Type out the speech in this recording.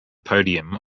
podium